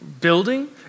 building